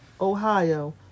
Ohio